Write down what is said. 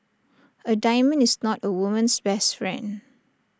A diamond is not A woman's best friend